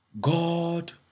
God